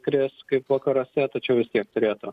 kris kaip vakaruose tačiau vis tiek turėtų